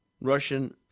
Russian